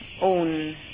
own